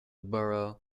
borough